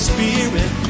Spirit